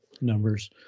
numbers